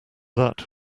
that